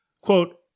Quote